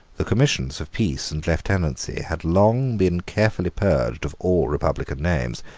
the commissions of peace and lieutenancy had long been carefully purged of all republican names.